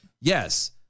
Yes